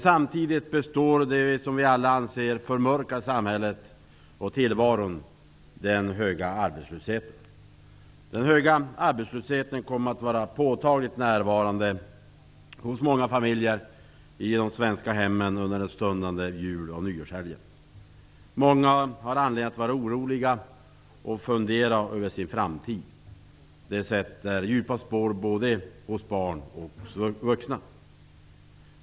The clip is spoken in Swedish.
Samtidigt består det som vi alla anser förmörkar tillvaron: den höga arbetslösheten. Den kommer att vara påtagligt närvarande hos många familjer i de svenska hemmen under den stundande jul och nyårshelgen. Många är oroliga och funderar över sin framtid. Detta sätter djupa spår hos både barn och vuxna.